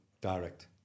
direct